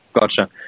gotcha